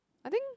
I think